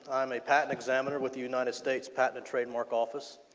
i'm a patent examiner with the united states patent and trademark office.